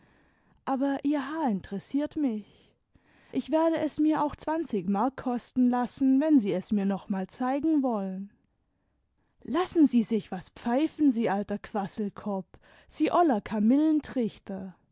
aber ihr haar interessiert mich ich werde es mir auch zwanzig mark kosten lassen wenn sie es mir noch mal zeigen wollen ylassen sie sich was pfeifen sie alter quasselkopp sie oller